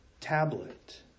tablet